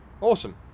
Awesome